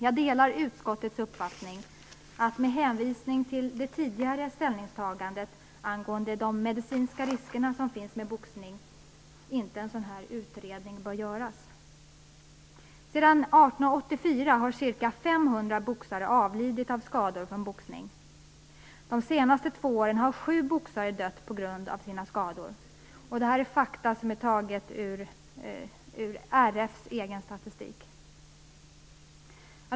Jag delar utskottets uppfattning att en sådan utredning inte bör göras med hänvisning till det tidigare ställningstagandet angående de medicinska riskerna som finns med boxning. Sedan 1884 har ca 500 boxare avlidit av skador från boxning. De senaste två åren har sju boxare dött på grund av sina skador. Detta är fakta som är tagna från RF:s egen statistik.